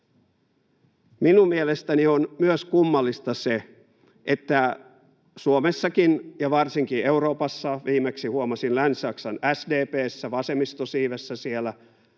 Minun mielestäni on myös kummallista se, että Suomessakin, ja varsinkin Euroopassa — viimeksi huomasin Länsi-Saksan SPD:ssä, vasemmistosiivessä siellä